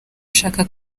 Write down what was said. ashaka